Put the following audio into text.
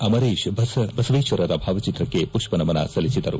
ಅಮರೇಶ್ ಬಸವೇಶ್ವರರ ಭಾವಚಿತ್ರಕ್ಕೆ ಪುಷ್ಪ ನಮನ ಸಲ್ಲಿಸಿದರು